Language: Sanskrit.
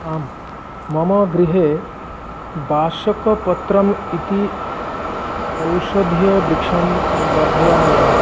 आं मम गृहे बाशकपत्रम् इति औषधीयवृक्षं वर्धयाम्यहम्